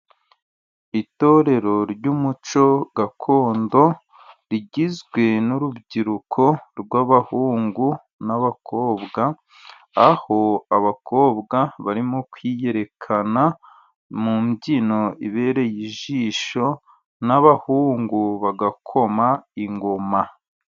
Itorero ry'umuco gakondo, rigizwe n'urubyiruko rw'abahungu n'abakobwa, aho abakobwa barimo kwiyerekana mu mbyino ibereye ijisho, n'abahungu bagakoma ingoma.